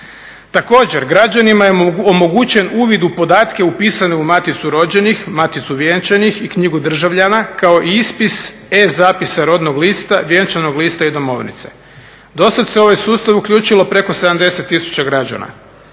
Također građanima je omogućen uvid u podatke upisane u maticu rođenih, maticu vjenčanih i knjigu državljana kao i ispis e-zapisa rodnoga lista, vjenčanog lista i domovnice. Do sada se u ovaj sustav uključilo preko 70 tisuća građana.